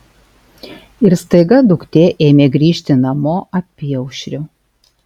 ir staiga duktė ėmė grįžti namo apyaušriu